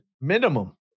Minimum